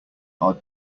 are